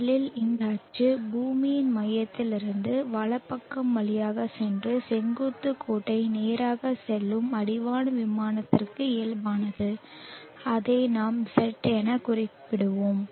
முதலில் இந்த அச்சு பூமியின் மையத்திலிருந்து வலப்பக்கம் வழியாகச் சென்று செங்குத்து கோட்டை நேராகச் செல்லும் அடிவான விமானத்திற்கு இயல்பானது அதை நாம் Z எனக் குறிப்பிடுவோம்